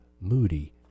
Moody